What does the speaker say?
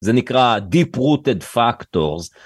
זה נקרא Deep Rooted Factors.